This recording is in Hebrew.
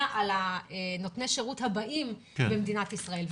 מאוד על נותני השירות הבאים במדינת ישראל.